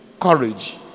Courage